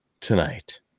tonight